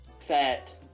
fat